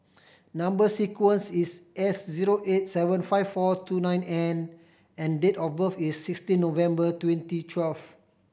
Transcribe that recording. number sequence is S zero eight seven five four two nine N and date of birth is sixteen November twenty twelve